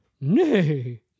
Nay